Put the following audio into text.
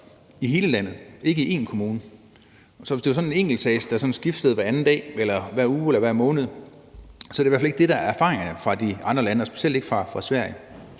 i hele landet, ikke bare i én kommune. Så hvis det handlede om enkeltsagspolitik, der sådan skiftede hver anden dag eller hver uge eller hver måned, så er det i hvert fald ikke det, der er erfaringerne fra andre lande og specielt ikke fra Sverige.